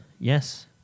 Yes